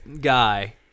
guy